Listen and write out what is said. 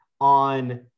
on